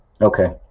Okay